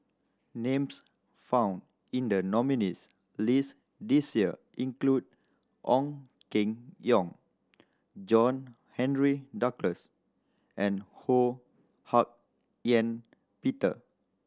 names found in the nominees' list this year include Ong Keng Yong John Henry Duclos and Ho Hak Ean Peter